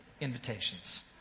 invitations